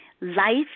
life